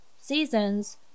seasons